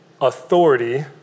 authority